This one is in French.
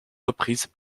reprise